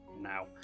now